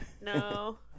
no